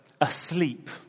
asleep